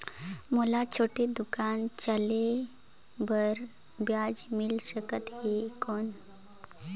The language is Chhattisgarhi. मोला छोटे दुकान चले बर ब्याज मिल सकत ही कौन?